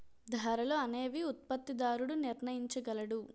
ధరలు అనేవి ఉత్పత్తిదారుడు నిర్ణయించగలడు